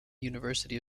university